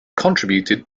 contributed